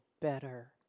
better